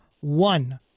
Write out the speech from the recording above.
one